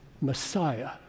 Messiah